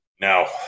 No